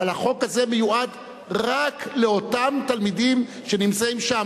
אבל החוק הזה מיועד רק לאותם תלמידים שנמצאים שם.